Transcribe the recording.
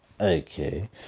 Okay